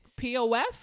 POF